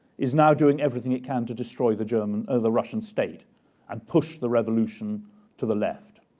is now doing everything it can to destroy the german or the russian state and push the revolution to the left.